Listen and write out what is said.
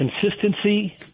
consistency